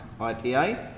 IPA